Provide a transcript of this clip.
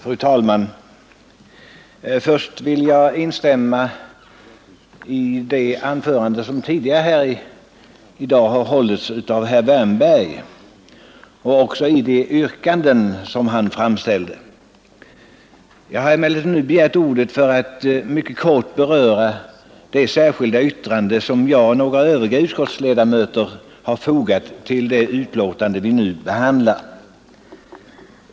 Fru talman! Först vill jag instämma i det anförande som herr Wärnberg hållit här i dag och i de yrkanden som han framställt. Jag har emellertid begärt ordet för att mycket kort beröra det särskilda yttrande som jag och några övriga utskottsledamöter har fogat till detta betänkande.